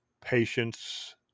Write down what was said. Patience